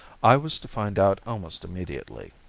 i was to find out almost immediately.